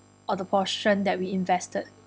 all the portion that we invested